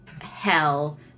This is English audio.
hell